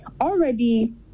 Already